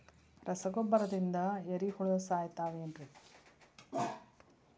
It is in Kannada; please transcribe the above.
ರಸಗೊಬ್ಬರದಿಂದ ಏರಿಹುಳ ಸಾಯತಾವ್ ಏನ್ರಿ?